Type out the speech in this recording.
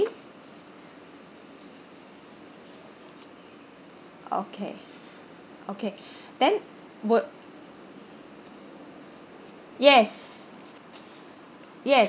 okay okay then would yes yes